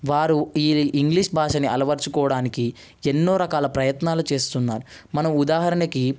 వారు ఈ ఇంగ్లీష్ భాషని అలవరచుకోవడానికి ఎన్నో రకాల ప్రయత్నాలు చేస్తున్నారు మనం ఉదాహరణకి